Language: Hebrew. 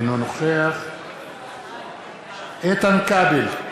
אינו נוכח איתן כבל,